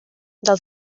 del